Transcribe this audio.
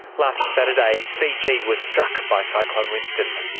last saturday fiji was struck by cyclone winston.